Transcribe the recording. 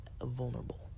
vulnerable